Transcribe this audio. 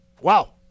wow